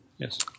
yes